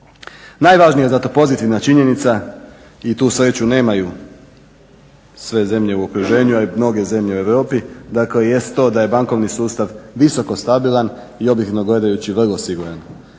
Najvažnija zato pozitivna činjenica i tu sreću nemaju sve zemlje u okruženju, a i mnoge zemlje u Europi. Dakle, jest to da je bankovni sustav visoko stabilan i objektivno gledajući vrlo siguran.